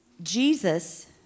Jesus